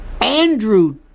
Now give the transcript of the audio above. Andrew